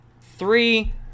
three